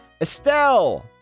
Estelle